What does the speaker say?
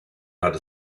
hat